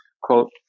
quote